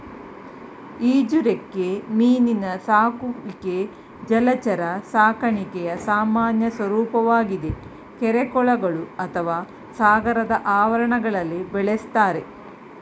ಈಜುರೆಕ್ಕೆ ಮೀನಿನ ಸಾಕುವಿಕೆ ಜಲಚರ ಸಾಕಣೆಯ ಸಾಮಾನ್ಯ ಸ್ವರೂಪವಾಗಿದೆ ಕೆರೆ ಕೊಳಗಳು ಅಥವಾ ಸಾಗರದ ಆವರಣಗಳಲ್ಲಿ ಬೆಳೆಸ್ತಾರೆ